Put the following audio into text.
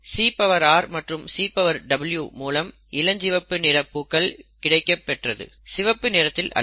CR மற்றும் CW மூலம் இளஞ்சிவப்பு நிற பூ கிடைக்கப்பெற்றது சிவப்பு நிறத்தில் அல்ல